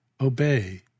obey